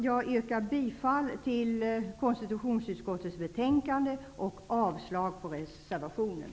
Jag yrkar bifall till konstitutionsutskottets hemställan och avslag på reservationen.